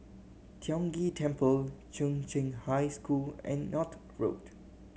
Tiong Ghee Temple Chung Cheng High School and North Road